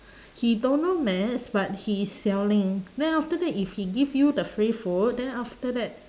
he don't know maths but he is selling then after that if he give you the free food then after that